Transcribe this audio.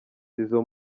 izo